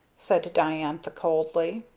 said diantha coldly.